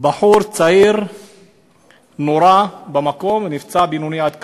בחור צעיר נורה במקום ונפצע בינוני עד קשה.